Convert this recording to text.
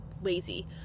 lazy